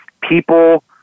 people